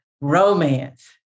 romance